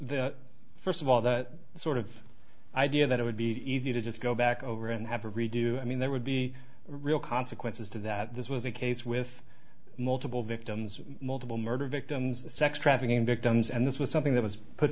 first of all that sort of idea that it would be easy to just go back over and have a redo i mean there would be real consequences to that this was a case with multiple victims multiple murder victims sex trafficking victims and this was something that was put